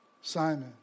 Simon